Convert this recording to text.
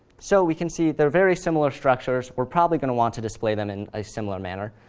so we can see they're very similar structures. we're probably going to want to display them in a similar manner.